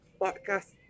podcast